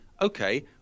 okay